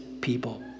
people